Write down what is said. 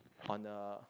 on a